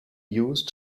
used